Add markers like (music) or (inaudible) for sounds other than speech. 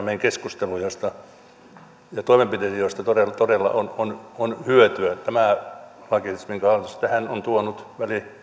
(unintelligible) meidän keskusteluun sellaisia suosituksia ja toimenpiteitä joista todella on on hyötyä tämä lakiesitys minkä hallitus tähän on tuonut